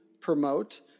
Promote